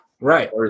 Right